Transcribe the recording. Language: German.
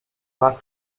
was